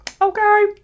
Okay